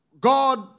God